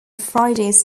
fridays